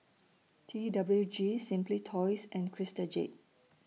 T W G Simply Toys and Crystal Jade